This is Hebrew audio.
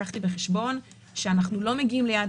לקחתי בחשבון שאנחנו לא מגיעים ליעד